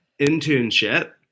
internship